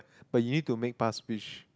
but you need to make pass fish